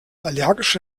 allergische